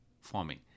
forming